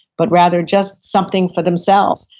but rather just something for themselves.